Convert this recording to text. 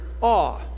awe